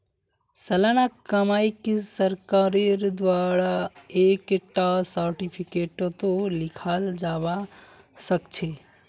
सालाना कमाईक सरकारेर द्वारा एक टा सार्टिफिकेटतों लिखाल जावा सखछे